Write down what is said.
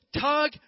tug